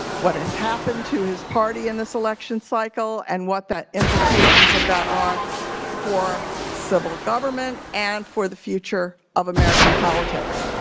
what has happened to his party in this election cycle and what the implications of that are for civil government and for the future of american politics.